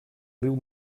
riu